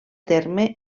terme